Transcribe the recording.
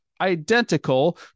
identical